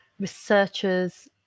researchers